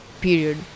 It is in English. period